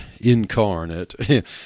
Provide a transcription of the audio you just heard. incarnate